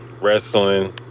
wrestling